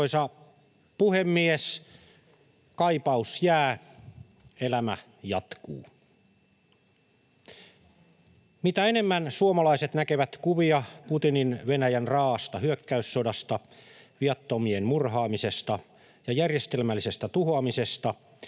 Arvoisa puhemies! Kaipaus jää — elämä jatkuu. Mitä enemmän suomalaiset näkevät kuvia Putinin Venäjän raa'asta hyökkäyssodasta, viattomien murhaamisesta ja järjestelmällisestä tuhoamisesta,